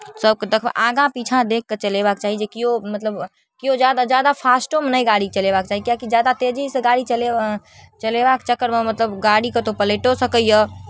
सभकेँ देख आगाँ पीछाँ देखि कऽ चलेबाक चाही जे किओ मतलब किओ ज्यादा ज्यादा फास्टोमे नहि गाड़ी चलेबाक चाही किएकि ज्यादा तेजीसँ गाड़ी चले चलेबाक चक्करमे मतलब गाड़ी कतहु पलटिओ सकैए